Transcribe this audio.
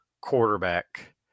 quarterback